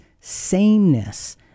sameness